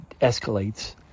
escalates